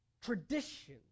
Tradition